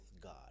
God